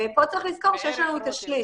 ופה צריך לזכור שיש לנו את השליש,